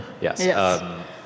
Yes